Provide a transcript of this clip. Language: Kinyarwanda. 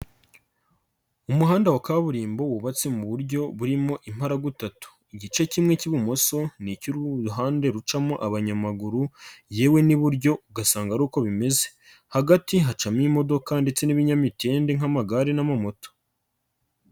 Umuhanda wa kaburimbo wubatse mu buryo burimo imparabutatu, igice kimwe cy'ibumoso ni icy'uruhande rucamo abanyamaguru, yewe n'iburyo ugasanga ari uko bimeze hagati hacamo imodoka ndetse n'ibinyamitende nk'amagare n'amamoto.